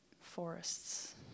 forests